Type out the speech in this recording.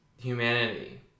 humanity